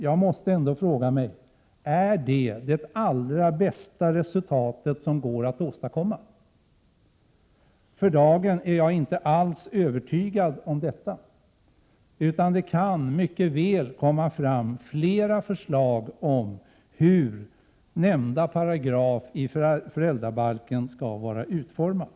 Då måste jag fråga: Innebär det förslaget det allra bästa resultat som går att åstadkomma? För dagen är jag inte alls övertygad om det. Det kan mycket väl komma fram fler förslag om hur nämnda paragraf i föräldrabalken skall vara utformad.